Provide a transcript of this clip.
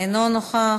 אינו נוכח,